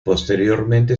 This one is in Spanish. posteriormente